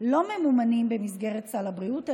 לא ממומנים במסגרת סל הבריאות,